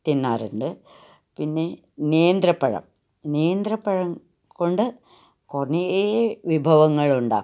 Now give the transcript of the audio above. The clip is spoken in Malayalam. തിന്നാറുണ്ട് പിന്നെ നേന്ത്രപ്പഴം നേന്ത്രപ്പഴം കൊണ്ട് കുറേ വിഭവങ്ങൾ ഉണ്ടാക്കും